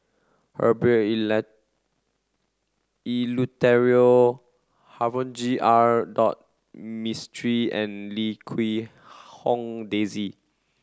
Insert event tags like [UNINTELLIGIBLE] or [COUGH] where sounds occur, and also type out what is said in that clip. Herbert [UNINTELLIGIBLE] Eleuterio [UNINTELLIGIBLE] R dot Mistri and Lim Quee Hong Daisy